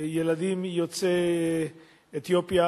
ילדים יוצאי אתיופיה,